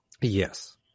Yes